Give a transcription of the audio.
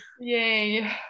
Yay